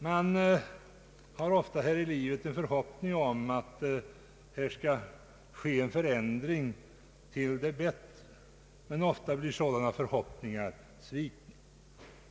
Man har ofta här i livet en förhoppning om att det skall ske en förändring till det bättre, men för det mesta blir sådana förhoppningar svikna.